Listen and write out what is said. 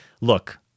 Look